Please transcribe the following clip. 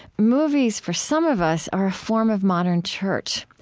movies, for some of us, are a form of modern church.